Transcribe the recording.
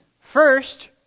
First